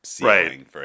right